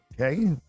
okay